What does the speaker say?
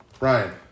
Ryan